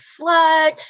slut